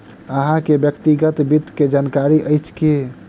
अहाँ के व्यक्तिगत वित्त के जानकारी अइछ की?